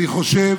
אני חושב